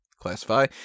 classify